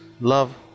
love